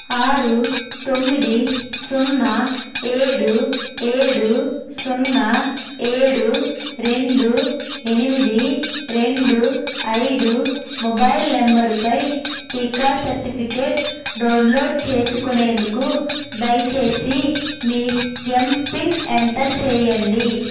ఆరు తొమ్మిది సున్నా ఏడు ఏడు సున్నా ఏడు రెండు ఎనిమిది రెండు ఐదు మొబైల్ నెంబర్పై టీకా సర్టిఫికెట్ డౌన్లోడ్ చేసుకొనేందుకు దయచేసి మీ యమ్పిన్ ఎంటర్ చేయండి